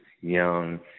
young